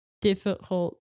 difficult